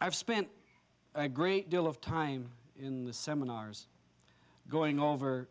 i've spent a great deal of time in the seminars going over